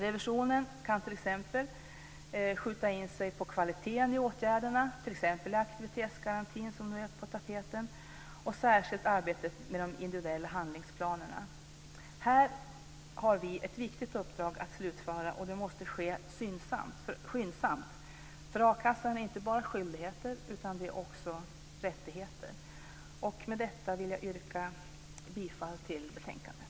Revisionen kan t.ex. skjuta in sig på kvaliteten i åtgärderna - exempelvis aktivitetsgarantin, som nu är på tapeten, och då särskilt arbetet med de individuella handlingsplanerna. Här har vi ett viktigt uppdrag att slutföra och det måste ske skyndsamt, för a-kassan är inte bara skyldigheter utan också rättigheter. Med detta yrkar jag bifall till hemställan i betänkandet.